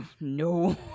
No